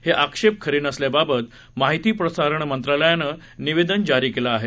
हे आक्षेप खरे नसल्याबाबत माहिती प्रसारण मंत्रालयानं निवेदन जारी केलं आहे